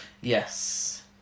Yes